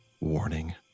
warning